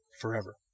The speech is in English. forever